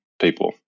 people